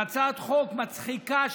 עם הצעת חוק מצחיקה,